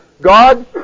God